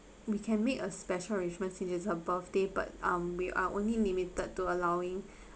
we can make a special arrangement since is her birthday but um we are only limited to allowing